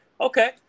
Okay